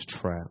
trap